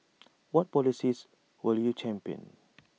what policies will you champion